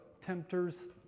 tempters